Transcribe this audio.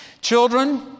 Children